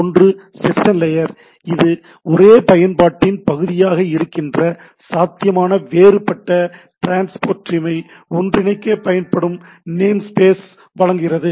ஒன்று session layer இது ஒரே பயன்பாட்டின் பகுதியாக இருக்கின்ற சாத்தியமான வேறுபட்ட ட்ரான்ஸ்போர்ட் ஸ்ட்ரீமை ஒன்றிணைக்கப் பயன்படும் 'நேம் ஸ்பேஸ்' ஐ வழங்குகிறது